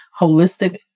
Holistic